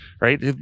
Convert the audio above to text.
right